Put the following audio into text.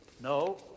No